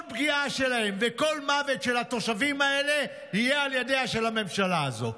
כל פגיעה בהם וכל מוות של התושבים האלה יהיה על ידיה של הממשלה הזאת.